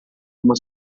uma